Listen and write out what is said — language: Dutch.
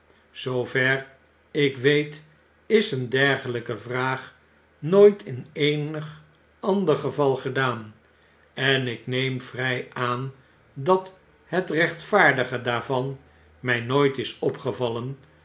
zoover ik weet is een dergelyke vraag nooit in eenig ander geval gedaan en ik neem vry aan dat het rechtvaardige daarvan my nooit is opgevallen